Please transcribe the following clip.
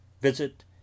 visit